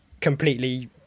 completely